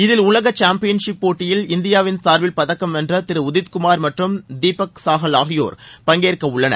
இதில் உலக சாம்பியன்ஷிப் போட்டியில் இந்தியாவின் சார்பில் பதக்கம் வென்ற திரு உதித்குமார் மற்றும் திரு தீபக் சாஹல் ஆகியோர் பங்கேற்க உள்ளனர்